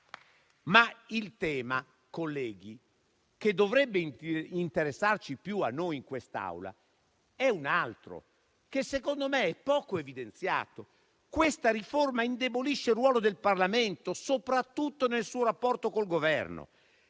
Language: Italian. il tema che più dovrebbe interessarci in quest'Aula è un altro e secondo me è poco evidenziato: questa riforma indebolisce il ruolo del Parlamento, soprattutto nel suo rapporto con il Governo.